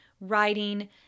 writing